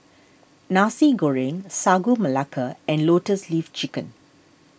Nasi Goreng Sagu Melaka and Lotus Leaf Chicken